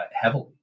heavily